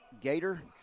Gator